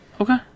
Okay